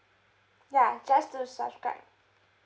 ya just to subscribe